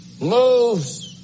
moves